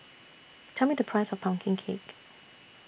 Tell Me The Price of Pumpkin Cake